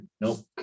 nope